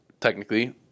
technically